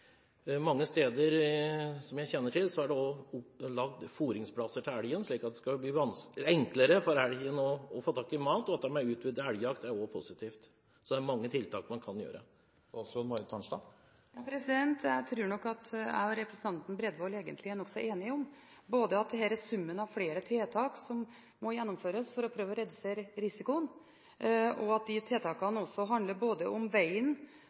Mange steder som jeg kjenner til, er det også laget fôringsplasser til elgen, slik at det skal bli enklere for elgen å få tak i mat. Utvidet elgjakt er også positivt. Så det er mange tiltak man kan gjøre. Jeg tror at jeg og representanten Bredvold egentlig er nokså enige om både at det er summen av flere tiltak som må gjennomføres for å prøve å redusere risikoen, og at de tiltakene handler både om